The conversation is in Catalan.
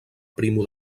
primo